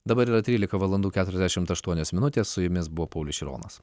dabar yra trylika valandų keturiasdešimt aštuonios minutės su jumis buvo paulius šironas